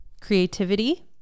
creativity